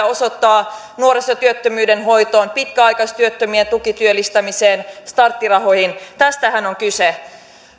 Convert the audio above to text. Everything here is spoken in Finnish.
osoittaa nuorisotyöttömyyden hoitoon pitkäaikaistyöttömien tukityöllistämiseen starttirahoihin tästähän on kyse